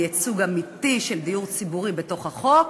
ייצוג אמיתי של דיור ציבורי בתוך החוק